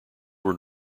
were